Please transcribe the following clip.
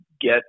get